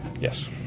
Yes